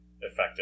effective